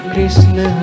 Krishna